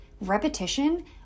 repetition